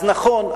אז נכון,